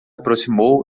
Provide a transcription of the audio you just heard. aproximou